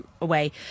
away